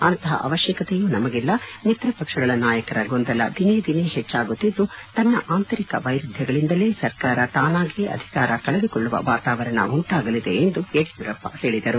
ಅಂತಹ ಅವಶ್ಚಕತೆಯೂ ನಮಗಿಲ್ಲ ಮಿತ್ರ ಪಕ್ಷಗಳ ನಾಯಕರ ಗೊಂದಲ ದಿನೇ ದಿನೇ ಹೆಚ್ಚಾಗುತ್ತಿದ್ದು ತನ್ನ ಆಂತರಿಕ ವೈರುಧ್ಯಗಳಿಂದಲೇ ಸರ್ಕಾರ ತಾನಾಗಿಯೇ ಅಧಿಕಾರ ಕಳೆದುಕೊಳ್ಳುವ ವಾತಾವರಣ ಉಂಟಾಗಲಿದೆ ಎಂದು ಯಡಿಯೂರಪ್ಪ ಹೇಳಿದರು